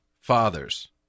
fathers